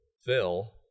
Phil